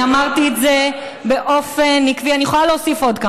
אני אמרתי את זה באופן עקבי, תוסיפי,